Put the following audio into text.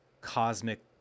cosmic